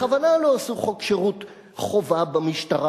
בכוונה לא חוקקו חוק שירות חובה במשטרה.